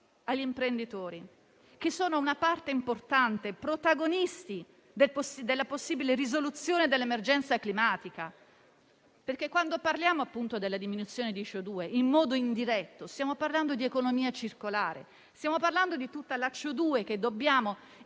agli imprenditori, che sono una parte importante e sono protagonisti della possibile risoluzione dell'emergenza climatica. Quando parliamo della diminuzione di CO₂, in modo indiretto stiamo parlando di economia circolare, di tutta la CO₂ che dobbiamo